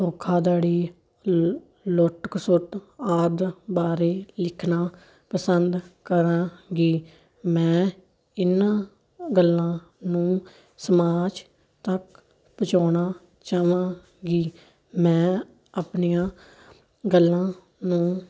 ਧੋਖਾਧੜੀ ਲ ਲੁੱਟ ਖਸੁੱਟ ਆਦਿ ਬਾਰੇ ਲਿਖਣਾ ਪਸੰਦ ਕਰਾਂਗੀ ਮੈਂ ਇਹਨਾਂ ਗੱਲਾਂ ਨੂੰ ਸਮਾਜ ਤੱਕ ਪਹੁੰਚਾਉਣਾ ਚਾਹਾਂਗੀ ਮੈਂ ਆਪਣੀਆਂ ਗੱਲਾਂ ਨੂੰ